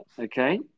Okay